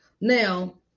Now